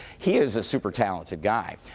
he is a super talented guy.